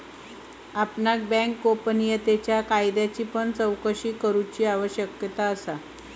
आपणाक बँक गोपनीयतेच्या कायद्याची पण चोकशी करूची आवश्यकता असा